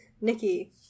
Nikki